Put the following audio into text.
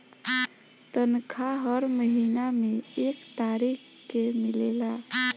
तनखाह हर महीना में एक तारीख के मिलेला